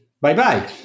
bye-bye